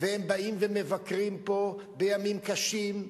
והם באים ומבקרים פה בימים קשים,